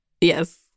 Yes